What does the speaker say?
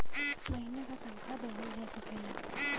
महीने का तनखा देवल जा सकला